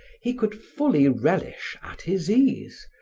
he could fully relish at his ease,